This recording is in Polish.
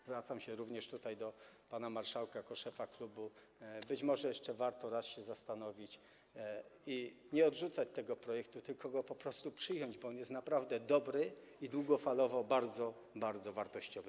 Zwracam się również do pana marszałka jako szefa klubu: być może warto jeszcze raz się zastanowić i nie odrzucać tego projektu, tylko go po prostu przyjąć, bo on jest naprawdę dobry i długofalowo bardzo, bardzo wartościowy.